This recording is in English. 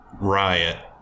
riot